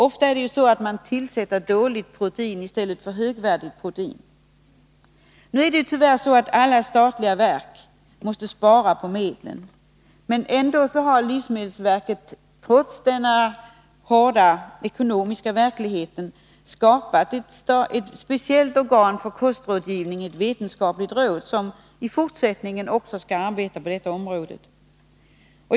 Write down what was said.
Ofta går det till så att ett dåligt protein tillsätts i stället för ett högvärdigt protein. Tyvärr måste ju alla statliga verk spara, men ändå har livsmedelsverket — trots denna hårda ekonomiska verklighet — skapat ett speciellt organ för kostrådgivning, ett vetenskapligt råd, som också i fortsättningen skall arbeta på detta område.